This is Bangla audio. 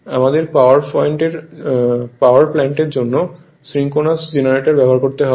আমাদের পাওয়ার প্লান্টের জন্য সিঙ্ক্রোনাস জেনারেটর ব্যবহার করতে হবে